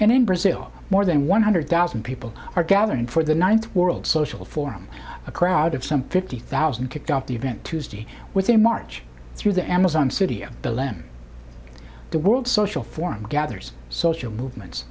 and in brazil more than one hundred thousand people are gathering for the ninth world social forum a crowd of some fifty thousand kicked off the event tuesday with a march through the amazon city of the lem the world social forum gathers social m